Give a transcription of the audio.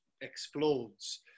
explodes